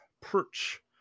perch